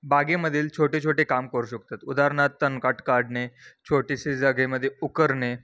बागेमधील छोटे छोटे काम करू शकतात उदाहरणार्थ तणकट काढणे छोटेसे जागेमध्ये उकरणे